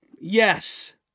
yes